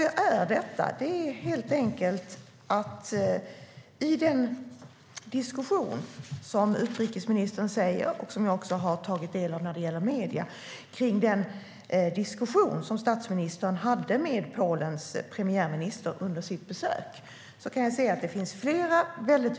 Jag har genom medierna tagit del av den diskussion som statsministern hade med Polens premiärminister under sitt besök och som utrikesministern talar om.